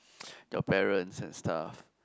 your parents and stuff